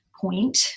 point